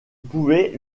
pouvait